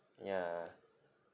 ya